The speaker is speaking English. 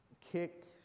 kick